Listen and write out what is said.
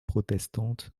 protestantes